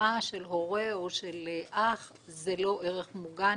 המשפחה של הורה או של אח זה לא ערך מוגן.